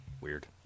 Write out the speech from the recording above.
Weird